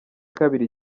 kabiri